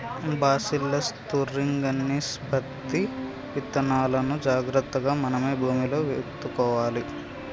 bacillus thuringiensis పత్తి విత్తనాలును జాగ్రత్తగా మనమే భూమిలో విత్తుకోవాలి